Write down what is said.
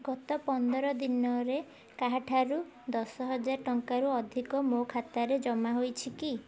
ଗତ ପନ୍ଦର ଦିନରେ କାହାଠାରୁ ଦଶ ହଜାର ଟଙ୍କାରୁ ଅଧିକ ମୋ ଖାତାରେ ଜମା ହୋଇଛି କି